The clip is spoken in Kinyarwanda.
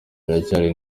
iracyari